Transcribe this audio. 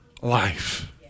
life